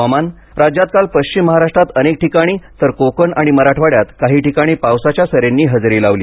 हवामान राज्यात काल पश्चिम महाराष्ट्रात अनेक ठिकाणी तर कोकण आणि मराठवाड्यात काही ठिकाणी पावसाच्या सरींनी हजेरी लावली